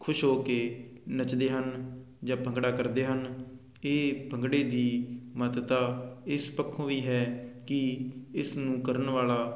ਖੁਸ਼ ਹੋ ਕੇ ਨੱਚਦੇ ਹਨ ਜਾਂ ਭੰਗੜਾ ਕਰਦੇ ਹਨ ਇਹ ਭੰਗੜੇ ਦੀ ਮਹੱਤਤਾ ਇਸ ਪੱਖੋਂ ਵੀ ਹੈ ਕਿ ਇਸ ਨੂੰ ਕਰਨ ਵਾਲਾ